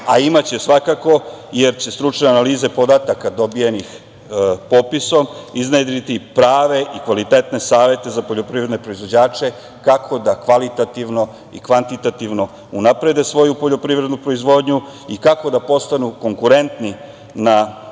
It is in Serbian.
a imaće svakako, jer će stručne analize podataka dobijenih popisom iznedriti prave i kvalitetne savete za poljoprivredne proizvođače kako da kvalitativno i kvantitativno unaprede svoju poljoprivrednu proizvodnju i kako da postanu konkurentni na